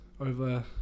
over